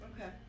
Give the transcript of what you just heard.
Okay